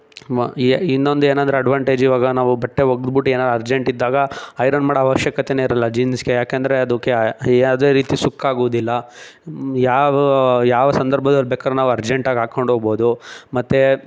ಮ ಎ ಇನ್ನೊಂದು ಏನಂದ್ರೆ ಅಡ್ವಾಂಟೇಜ್ ಇವಾಗ ನಾವು ಬಟ್ಟೆ ಒಗ್ದು ಬಿಟ್ಟ್ ಏನಾರೂ ಅರ್ಜೆಂಟ್ ಇದ್ದಾಗ ಐರನ್ ಮಾಡೋ ಅವಶ್ಯಕತೆನೇ ಇರೋಲ್ಲ ಜೀನ್ಸ್ಗೆ ಯಾಕಂದರೆ ಅದಕ್ಕೆ ಯಾವುದೇ ರೀತಿ ಸುಕ್ಕಾಗೋದಿಲ್ಲ ಯಾವ ಯಾವ ಸಂದರ್ಭದಲ್ಲಿ ಬೇಕಾರೂ ನಾವು ಅರ್ಜೆಂಟಾಗಿ ಹಾಕ್ಕೊಂಡು ಹೋಗ್ಬೋದು ಮತ್ತು